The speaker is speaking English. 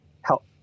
help